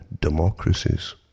democracies